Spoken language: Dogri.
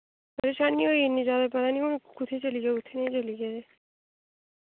परेशानी होई गेई इन्नी जैदा पता निं हुन कु'त्थै चली गेआ कु'त्थै नेईं चली गेआ ते